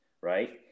right